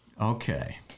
Okay